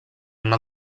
una